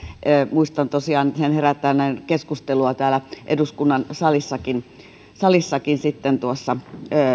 muistan tosiaan sen herättäneen keskustelua täällä eduskunnan salissakin salissakin tuossa